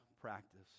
practice